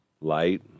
Light